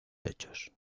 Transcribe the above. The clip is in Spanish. hechos